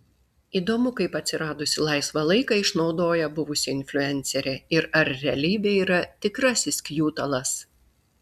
įdomu kaip atsiradusį laisvą laiką išnaudoja buvusi influencerė ir ar realybė yra tikrasis kjutalas